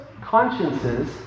consciences